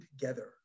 together